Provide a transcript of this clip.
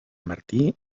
martí